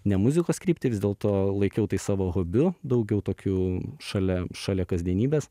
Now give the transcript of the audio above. ne muzikos kryptį vis dėlto laikiau tai savo hobiu daugiau tokiu šalia šalia kasdienybės